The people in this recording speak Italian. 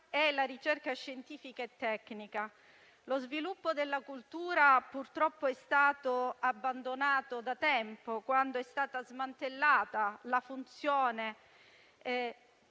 e la ricerca scientifica e tecnica». Lo sviluppo della cultura purtroppo è stato abbandonato da tempo, quando è stata smantellata la funzione